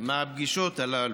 מהפגישות הללו.